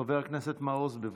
חבר הכנסת מעוז, בבקשה.